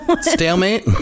Stalemate